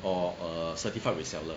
or a certified reseller